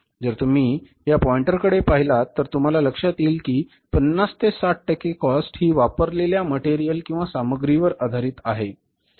जर तुम्ही या पॉंईंटर कडे पाहिलात तर तुम्हाला लक्ष्यात येईल कि ५० ते ६० टक्के कॉस्ट ही वापरलेल्या मटेरियल किंवा सामग्रीवर आधारित आहे